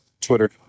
Twitter